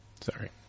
Sorry